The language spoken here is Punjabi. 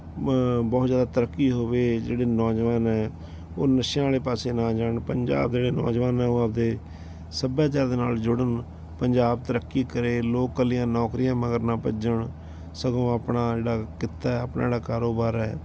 ਬਹੁਤ ਜ਼ਿਆਦਾ ਤਰੱਕੀ ਹੋਵੇ ਜਿਹੜੇ ਨੌਜਵਾਨ ਹੈ ਉਹ ਨਸ਼ਿਆਂ ਵਾਲੇ ਪਾਸੇ ਨਾ ਜਾਣ ਪੰਜਾਬ ਦੇ ਜਿਹੜੇ ਨੌਜਵਾਨ ਹੈ ਉਹ ਆਪਦੇ ਸੱਭਿਆਚਾਰ ਦੇ ਨਾਲ ਜੁੜਨ ਪੰਜਾਬ ਤਰੱਕੀ ਕਰੇ ਲੋਕ ਇਕੱਲੀਆਂ ਨੌਕਰੀਆਂ ਮਗਰ ਨਾ ਭੱਜਣ ਸਗੋਂ ਆਪਣਾ ਜਿਹੜਾ ਕਿੱਤਾ ਆਪਣਾ ਜਿਹੜਾ ਕਾਰੋਬਾਰ ਹੈ